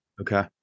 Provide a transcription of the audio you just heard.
Okay